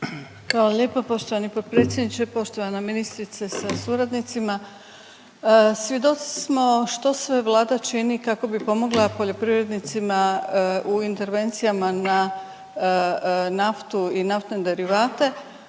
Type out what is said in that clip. Hvala lijepo poštovana potpredsjedniče, poštovana ministrice sa suradnicima. Svjedoci smo što sve Vlada čini kako bi pomogla poljoprivrednicima u intervencijama na naftu i naftne derivate,